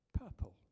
Purple